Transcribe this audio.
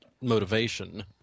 motivation